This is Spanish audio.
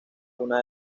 una